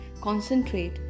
concentrate